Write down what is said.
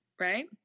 right